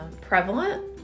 prevalent